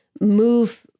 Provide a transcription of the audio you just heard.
move